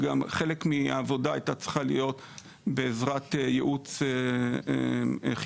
חלק מהעבודה הייתה צריכה להיות בעזרת ייעוץ חיצוני,